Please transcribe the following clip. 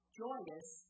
joyous